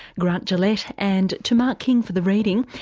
grant gillett and to mark king for the reading.